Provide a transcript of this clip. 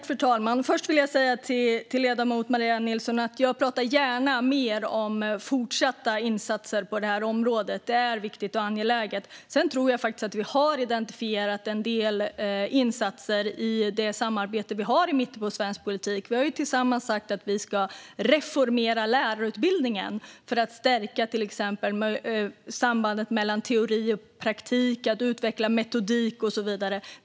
Fru talman! Först vill jag säga till ledamoten Maria Nilsson att jag gärna pratar mer om fortsatta insatser på detta område. Det är viktigt och angeläget. Men jag tror ändå att vi har identifierat en del insatser i det samarbete vi har i mitten på svensk politik. Vi har ju tillsammans sagt att vi ska reformera lärarutbildningen för att stärka sambandet mellan teori och praktik, för att utveckla metodik och så vidare.